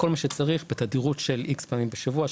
כל מה שצריך בתדירות של X פעמים בשבוע,